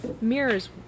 mirrors